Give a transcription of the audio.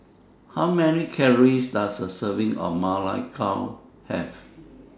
How Many Calories Does A Serving of Ma Lai Gao Have